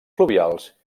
fluvials